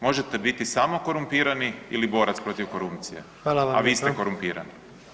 Možete biti samo korumpirani ili borac protiv korupcije, a vi ste korumpirani.